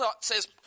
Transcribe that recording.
says